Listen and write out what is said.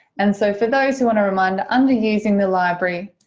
and so for those who want to reminder, under using the library,